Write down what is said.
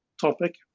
topic